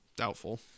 Doubtful